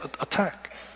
attack